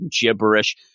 gibberish